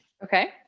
Okay